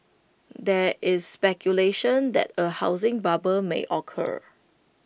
there is speculation that A housing bubble may occur